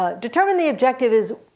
ah determine the objective is,